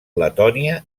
letònia